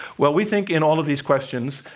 well, we think in all of these questions,